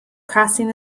crossing